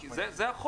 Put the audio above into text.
כי זה החוק.